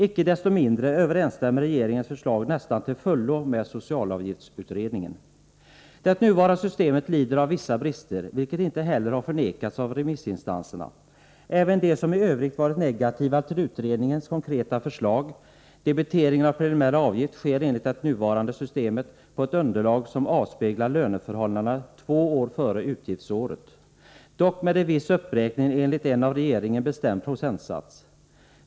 Icke desto mindre överensstämmer regeringens förslag nästan till fullo med socialavgiftsutredningen. Det nuvarande systemet lider av vissa brister, vilket inte heller har förnekats av remissinstanserna, även de som i övrigt varit negativa till utredningens konkreta förslag. Debiteringen av preliminär avgift sker enligt det nuvarande systemet på ett underlag som avspeglar löneförhållanden två år före utgiftsåret, dock med viss uppräkning enligt en av regeringen bestämd procentsats.